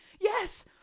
Yes